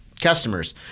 customers